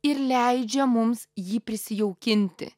ir leidžia mums jį prisijaukinti